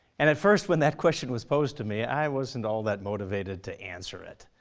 and at first when that question was posed to me, i wasn't all that motivated to answer it.